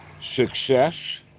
Success